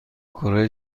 کره